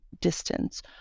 distance